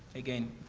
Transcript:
again,